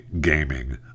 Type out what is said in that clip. gaming